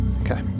Okay